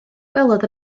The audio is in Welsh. gwelodd